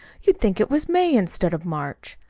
you'd think it was may instead of march.